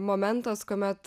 momentas kuomet